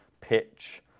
pitch